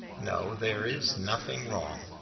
no, there is nothing wrong,